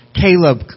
Caleb